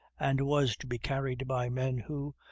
and was to be carried by men who,